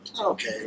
Okay